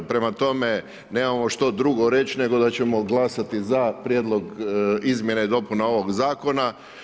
Prema tome, nemamo što drugo reći, nego da ćemo glasati za prijedlog izmjena i dopuna ovog zakona.